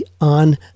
on